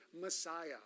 Messiah